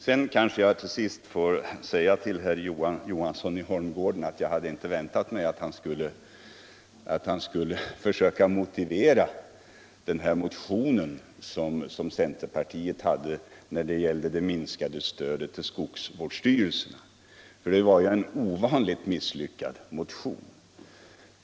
Till sist vill jag säga till herr Johansson i Holmgården att jag inte hade väntat mig att han skulle försöka motivera den motion som centerpartiet har väckt om att minska stödet till skogsvårdsstyrelserna. Det var en ovanligt misslyckad motion.